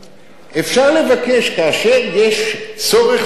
כאשר יש צורך ציבורי